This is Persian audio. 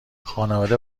خانواده